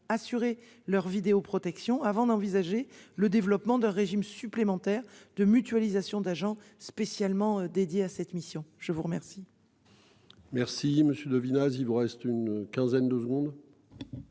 assurer leur vidéo-protection, avant d'envisager le développement d'un régime supplémentaire de mutualisation d'agents spécialement dédié à cette mission. Je vous remercie. Merci monsieur Davina. Il vous reste une quinzaine de secondes.